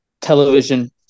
television